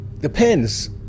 Depends